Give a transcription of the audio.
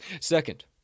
Second